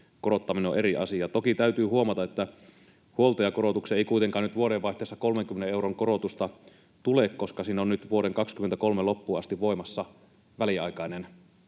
korottaminen on eri asia. Toki täytyy huomata, että huoltajakorotukseen ei kuitenkaan nyt vuodenvaihteessa 30 euron korotusta tule, koska siinä on nyt vuoden 23 loppuun asti voimassa väliaikainen